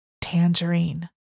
tangerine